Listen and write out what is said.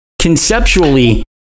Conceptually